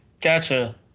gotcha